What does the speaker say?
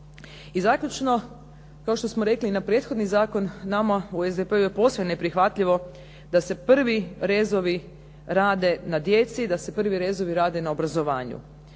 I zaključno, to što smo rekli na prethodni zakon, nama u SDP-u je posebno neprihvatljivo da se prvi rezovi rade na djeci i da se prvi rezovi rade na obrazovanju.